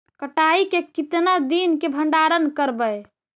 कटाई के कितना दिन मे भंडारन करबय?